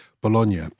Bologna